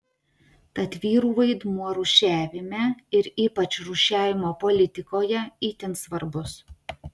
tad vyrų vaidmuo rūšiavime ir ypač rūšiavimo politikoje itin svarbus